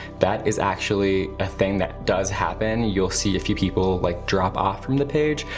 that is actually a thing that does happen, you'll see a few people like drop off from the page.